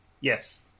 Yes